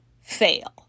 fail